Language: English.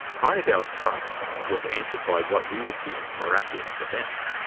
heyerdahl's trust was answered by what we would deem miraculous events.